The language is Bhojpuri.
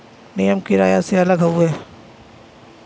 नियम किराया से अलग हउवे